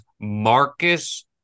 Marcus